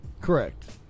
Correct